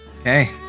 Okay